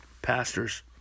Pastors